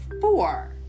four